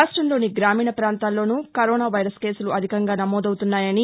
రాష్టంలోని గ్రామీణ ప్రాంతాల్లోనూ కరోనా కేసులు అధికంగా నమోదవుతున్నాయని